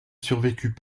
survécut